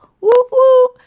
Woo-hoo